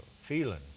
feeling